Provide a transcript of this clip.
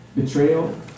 betrayal